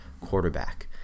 quarterback